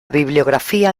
bibliografía